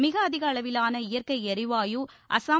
மிக அதிக அளவிலான இயற்கை எரிவாயுகள் அசாம்